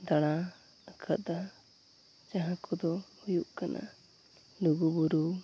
ᱫᱟᱬᱟ ᱟᱠᱟᱫᱟ ᱡᱟᱦᱟᱸ ᱠᱚᱫᱚ ᱦᱩᱭᱩᱜ ᱠᱟᱱᱟ ᱞᱩᱜᱩᱼᱵᱩᱨᱩ